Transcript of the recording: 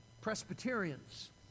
Presbyterians